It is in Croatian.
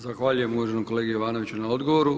Zahvaljujem uvaženom kolegi Jovanoviću na odgovoru.